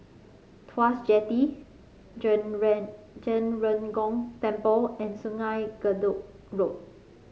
Tuas Jetty Zhen Ren Zhen Ren Gong Temple and Sungei Gedong Road